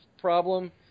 problem